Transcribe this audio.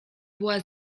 była